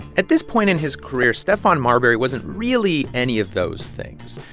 at this point in his career, stephon marbury wasn't really any of those things.